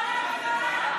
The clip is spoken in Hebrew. מצביעים.